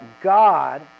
God